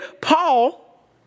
Paul